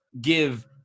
give